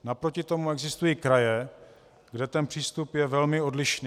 Naproti tomu existují kraje, kde je přístup velmi odlišný.